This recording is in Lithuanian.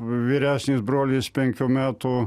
vyresnis brolis penkių metų